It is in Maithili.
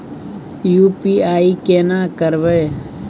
यु.पी.आई केना करबे?